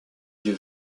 dieu